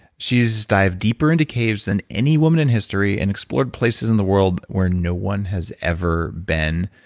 she's dived deeper into caves than any woman in history and explored places in the world where no one has ever been.